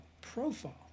profile